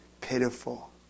pitiful